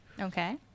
Okay